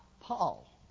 Paul